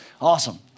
awesome